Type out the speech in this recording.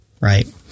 Right